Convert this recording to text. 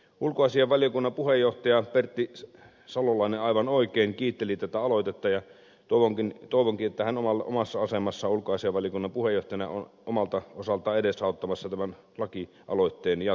ulkoasiainvaliokunnan puheenjohtaja pertti salolainen aivan oikein kiitteli tätä aloitetta ja toivonkin että hän omassa asemassaan ulkoasiainvaliokunnan puheenjohtajana on omalta osaltaan edesauttamassa tämän lakialoitteen jatkokäsittelyä